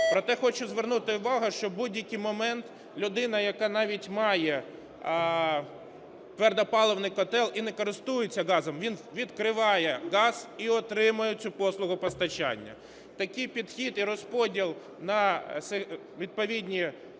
Проте хочу звернути увагу, що в будь-який момент людина, яка навіть має твердопаливний котел і не користується газом, він відкриває газ і отримує цю послугу постачання. Такий підхід і розподіл на відповідні